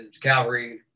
Calvary